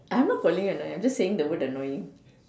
I'm not calling you annoying I'm just saying the word annoying